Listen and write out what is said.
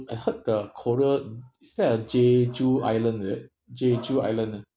I heard the korea is there a jeju island is it jeju island ah